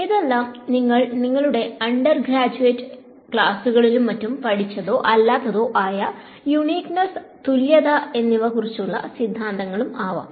ഇതെല്ലാം നിങ്ങൾ നിങ്ങളുടെ അണ്ടർ ഗ്രാജ്വെറ്റ് ക്ലാസ്സുകളിലും മറ്റും പഠിച്ചതൊ അല്ലാത്തതോ ആയ യൂണിക്ക്നെസ്സ് തുല്യത എന്നിവയെ കുറിച്ചുള്ള സിദ്ധാന്തങ്ങളും ആവാം